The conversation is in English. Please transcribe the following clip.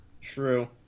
true